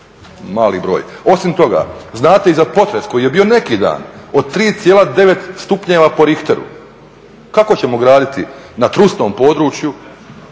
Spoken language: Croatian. mali broj. Osim toga, znate i za potres koji je bio neki dan od 3.9 stupnjeva po Richteru, kako ćemo graditi na trusnom području